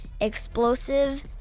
explosive